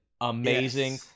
amazing